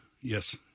yes